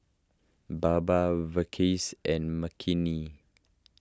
Baba Verghese and Makineni